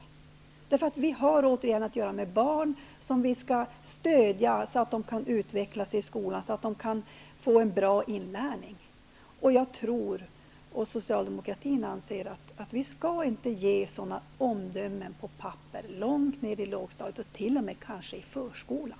Det är barn som vi har att göra med, och de skall stödjas så att de kan utvecklas i skolan och få en bra inlärning. Jag och Socialdemokratin anser att vi inte skall ge omdömen fästa på papper långt ner i lågstadiet och kanske t.o.m. redan i förskolan.